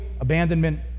abandonment